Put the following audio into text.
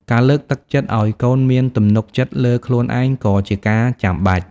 ការលើកទឹកចិត្តឱ្យកូនមានទំនុកចិត្តលើខ្លួនឯងក៏ជាការចាំបាច់។